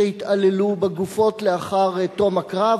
שהתעללו בגופות לאחר תום הקרב,